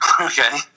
Okay